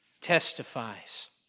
testifies